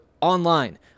online